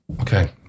Okay